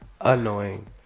Annoying